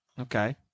Okay